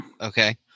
Okay